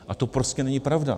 A to prostě není pravda.